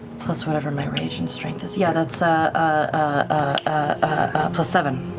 plus whatever my rage and strength is. yeah, that's ah ah plus seven,